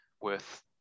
worth